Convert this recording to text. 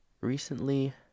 recently